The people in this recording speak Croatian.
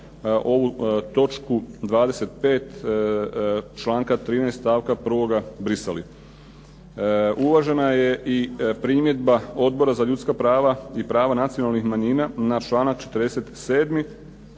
ovu točku 25. članka 13. stavka 1. brisali. Uvažena je i primjedba Odbora za ljudska prava i prava nacionalnih manjina na članak 47.